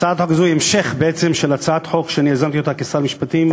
הצעת החוק הזו היא בעצם המשך של הצעת חוק שאני יזמתי כשר המשפטים,